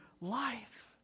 life